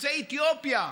יוצא אתיופיה,